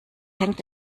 hängt